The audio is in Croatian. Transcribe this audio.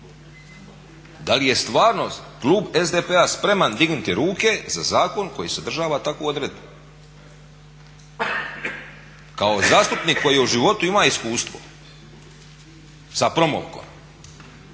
da li je stvarno klub SDP-a spreman dignuti ruke za zakon koji sadržava takvu odredbu? Kao zastupnik koji je u životu imao iskustvo sa promovkom